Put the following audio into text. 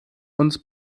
uns